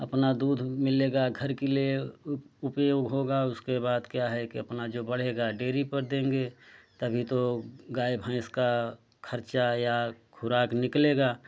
अपना दूध मिलेगा घर के लिए उप उपयोग होगा उसके बाद क्या है कि अपना जो बढ़ेगा डेयरी पर देंगे तभी तो गाय भैंस का खर्चा या खुराक निकलेगा